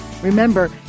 Remember